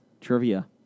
Trivia